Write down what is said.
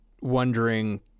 wondering